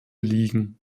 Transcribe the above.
liegen